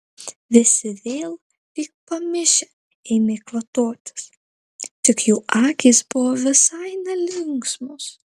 visi vėl lyg pamišę ėmė kvatotis tik jų akys buvo visai nelinksmos